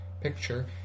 Picture